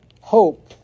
hope